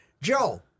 Joe